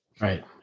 right